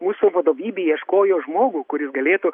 mūsų vadovybė ieškojo žmogų kuris galėtų